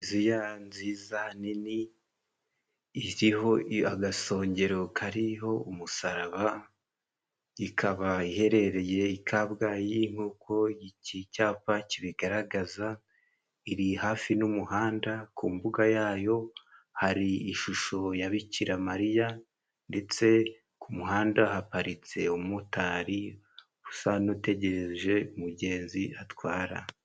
Kiriziya nziza nini, iriho agasongero kariho umusaraba, ikaba iherereye i Kabgayi nk'uko iyi iki cyapa kibigaragaza. Iri hafi n'umuhanda, ku mbuga yayo hari ishusho ya Bikiramariya, ndetse ku muhanda haparitse umumotari usa n'utegereje umugenzi atwara.